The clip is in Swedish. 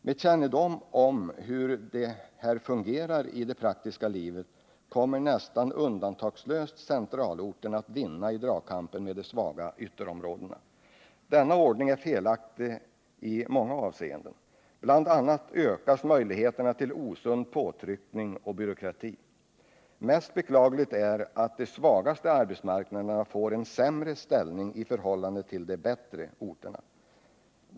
Med kännedom om hur det här fungerar i det praktiska livet kommer nästan undantagslöst centralorten att vinna dragkampen med de svaga ytterområdena. Denna ordning är felaktig i många avseenden. BI. a. ökas möjligheterna till osund påtryckning och byråkrati. Mest beklagligt är att de svagaste arbetsmarknaderna får en än sämre ställning i förhållande till de bättre ställda orterna.